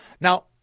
Now